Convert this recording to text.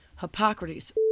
Hippocrates